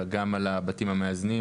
אלא גם על הבתים המאזנים.